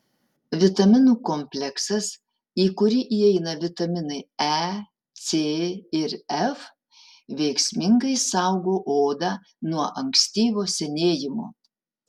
vitaminų kompleksas į kurį įeina vitaminai e c ir f veiksmingai saugo odą nuo ankstyvo senėjimo